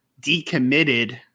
decommitted